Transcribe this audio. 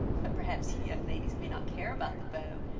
but perhaps you young ladies may not care about the beaux,